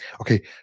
Okay